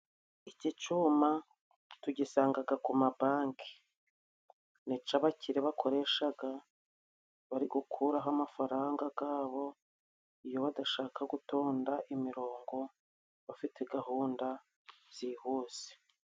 iki cuma tugisangaga ku mabanki. Ni ic'abakire bakoreshaga bari gukura ho amafaranga gabo, iyo badashaka gutonda imirongo, bafite gahunda zihuse.